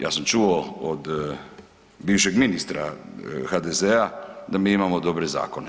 Ja sam čuo od bivšeg ministra HDZ-a da mi imamo dobre zakone.